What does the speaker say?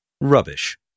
Rubbish